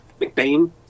McBain